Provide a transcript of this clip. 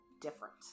different